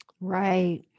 Right